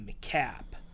cap